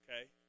Okay